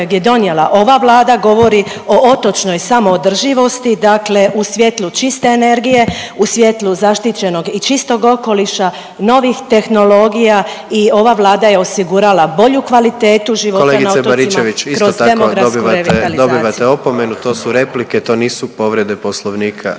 ova Vlada govori o otočnoj samoodrživosti dakle u svijetlu čiste energije, u svijetlu zaštićenog i čistog okoliša i novih tehnologija i ova Vlada je osigurala bolju kvalitetu života na otocima kroz demografsku revitalizaciju.